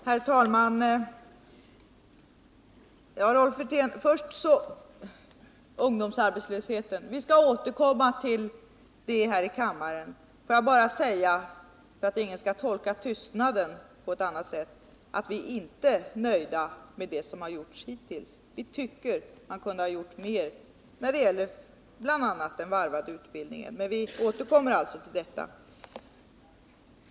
Herr talman! Vi skall här i kammaren återkomma till ungdomsarbetslösheten, men jag vill — för att ingen skall tolka en tystnad på annat sätt — säga att vi inte är nöjda med det som hittills har gjorts. Det kunde ha gjorts mer, bl.a. när det gäller den varvade utbildningen. Men vi återkommer till detta.